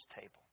table